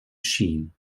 sheen